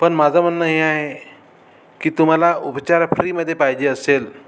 पण माझं म्हणणं हे आहे की तुम्हाला उपचार फ्रीमध्ये पाहिजे असेल